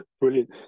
Brilliant